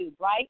right